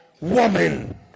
woman